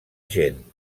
gent